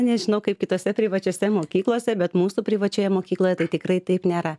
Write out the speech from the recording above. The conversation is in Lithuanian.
nežinau kaip kitose privačiose mokyklose bet mūsų privačioje mokykloje tai tikrai taip nėra